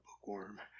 bookworm